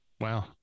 Wow